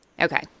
Okay